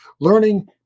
Learning